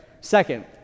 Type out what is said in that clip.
second